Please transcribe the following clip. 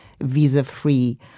visa-free